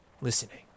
listening